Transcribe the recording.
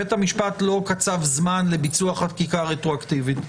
בית המשפט לא קצב זמן לביצוע חקיקה רטרואקטיבית.